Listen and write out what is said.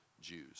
Jews